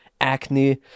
acne